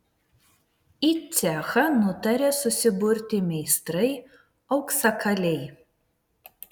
į cechą nutarė susiburti meistrai auksakaliai